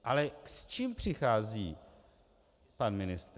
Ale s čím přichází pan ministr?